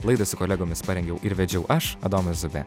laidą su kolegomis parengiau ir vedžiau aš adomas zubė